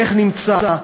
איך נמצא.